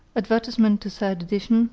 advertisement to third edition.